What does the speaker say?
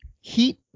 Heat